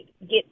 get